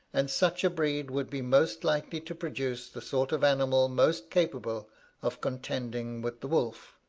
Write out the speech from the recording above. and such a breed would be most likely to produce the sort of animal most capable of contending with the wolf.